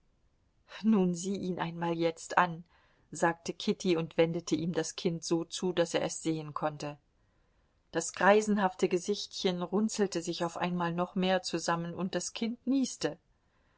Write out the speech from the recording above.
nun sieh ihn einmal jetzt an sagte kitty und wendete ihm das kind so zu daß er es sehen konnte das greisenhafte gesichtchen runzelte sich auf einmal noch mehr zusammen und das kind nieste